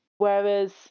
Whereas